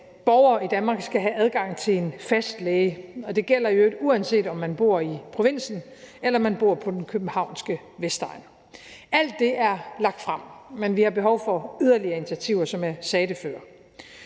at borgere i Danmark skal have adgang til en fast læge. Og det gælder i øvrigt, uanset om man bor i provinsen, eller om man bor på den københavnske vestegn. Alt det er lagt frem, men vi har behov for yderligere initiativer, som jeg sagde før.